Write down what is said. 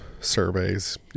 surveys